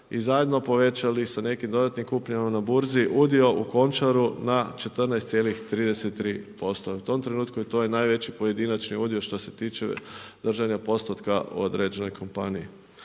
i zajedno povećali sa nekim dodatnim kupljenom na burzi udio u Končaru na 14,33%. U tom trenutku to je najveći pojedinačni udio što se tiči držanja postotka određenoj kompaniji.